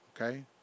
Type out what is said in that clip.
Okay